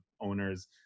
owners